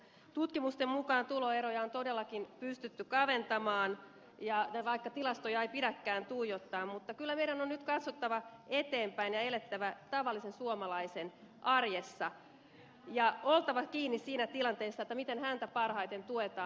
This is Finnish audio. tutkimusten mukaan tuloeroja on todellakin pystytty kaventamaan ja vaikka tilastoja ei pidäkään tuijottaa kyllä meidän on nyt katsottava eteenpäin ja elettävä tavallisen suomalaisen arjessa ja oltava kiinni siinä tilanteessa miten häntä parhaiten tuetaan